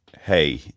hey